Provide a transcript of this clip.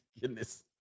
goodness